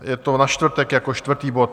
Je to na čtvrtek jako čtvrtý bod.